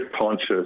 conscious